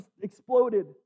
exploded